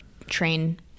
train